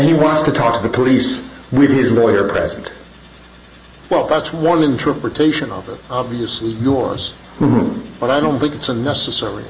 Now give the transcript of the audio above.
he wants to talk to the police with his lawyer present well that's one interpretation of it obviously yours but i don't think it's a necessar